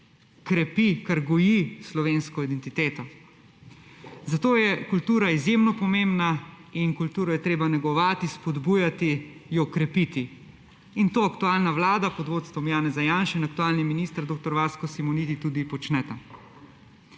krepi, kar goji slovensko identiteto, zato je kultura izjemno pomembna in kulturo je treba negovati, spodbujati, jo krepiti. To aktualna vlada pod vodstvom Janeza Janše in aktualni minister dr. Vasko Simoniti tudi počneta.